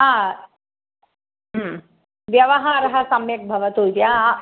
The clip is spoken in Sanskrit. हा व्यवहारः सम्यक् भवतु इति हा